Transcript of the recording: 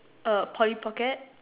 a Polly pocket